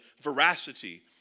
veracity